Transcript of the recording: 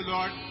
Lord